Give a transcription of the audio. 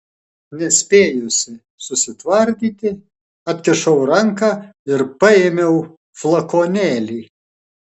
nespėjusi susitvardyti atkišau ranką ir paėmiau flakonėlį